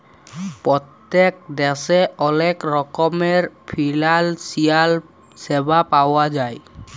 পত্তেক দ্যাশে অলেক রকমের ফিলালসিয়াল স্যাবা পাউয়া যায়